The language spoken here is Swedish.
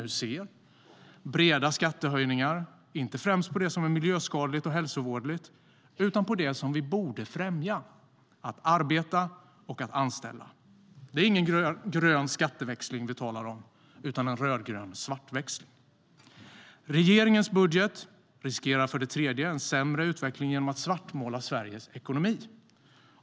Det är breda skattehöjningar, inte främst på det som är miljöskadligt och hälsovådligt utan på det som vi borde främja: att arbeta och att anställa. Regeringens budget riskerar för det tredje en sämre utveckling genom att svartmåla Sveriges ekonomi.